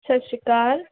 ਸਤਿ ਸ਼੍ਰੀ ਅਕਾਲ